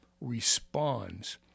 responds